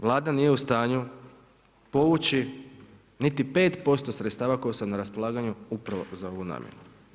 Vlada nije u stanju povući niti 5% sredstava koja su nam na raspolaganju upravo za ovu namjenu.